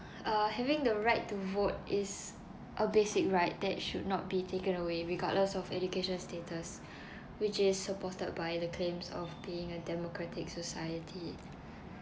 uh having the right to vote is a basic right that should not be taken away regardless of education status which is supported by the claims of being a democratic society